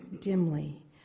dimly